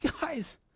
guys